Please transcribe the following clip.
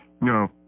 No